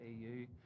EU